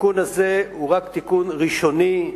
התיקון הזה הוא רק תיקון ראשוני,